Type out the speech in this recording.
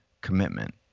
commitment